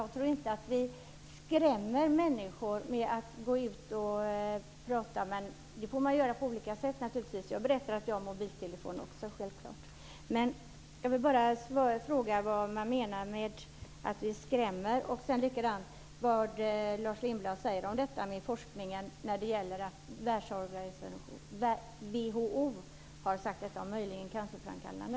Jag tror inte att vi skrämmer människor med att gå ut och prata om detta, men man får ju naturligtvis göra det på olika sätt. Jag har berättat att också jag självfallet har mobiltelefon. Jag vill bara fråga vad Lars Lindblad menar med att vi skräms. Jag undrar också vad han säger om detta med forskningen när WHO har sagt att magnetfälten är möjligen cancerframkallande.